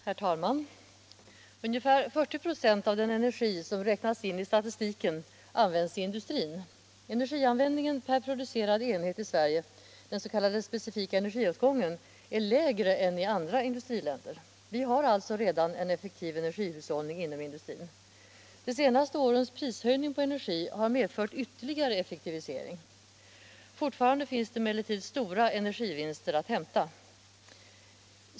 Herr talman! Ungefär 40 96 av den energi som räknas in i statistiken används i industrin. Energianvändningen per producerad enhet i Sverige, den s.k. specifika energiåtgången, är lägre än i andra industriländer. Vi har alltså redan en effektiv energihushållning inom industrin. De senaste årens prishöjning på energi har medfört ytterligare effektivisering. Fortfarande finns det emellertid stora energivinster att hämta.